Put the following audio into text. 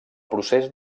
procés